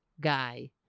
guy